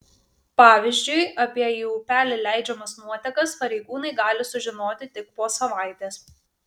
pavyzdžiui apie į upelį leidžiamas nuotekas pareigūnai gali sužinoti tik po savaitės